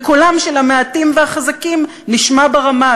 וקולם של המעטים והחזקים נשמע ברמה.